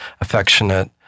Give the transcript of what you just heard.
affectionate